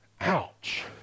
Ouch